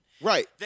Right